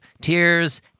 tears